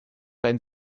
dein